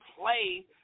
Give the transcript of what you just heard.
play